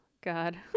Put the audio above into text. God